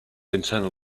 internal